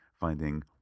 finding